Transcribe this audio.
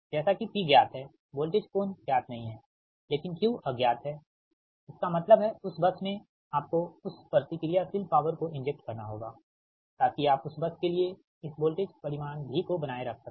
जैसा कि P ज्ञात है वोल्टेज कोण ज्ञात नहीं है लेकिन Q अज्ञात है ठीक इसका मतलब है उस बस में आपको उस प्रतिक्रियाशील पॉवर को इंजेक्ट करना होगा ताकि आप उस बस के लिए इस वोल्टेज परिमाण V को बनाए रख सकें